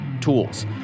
tools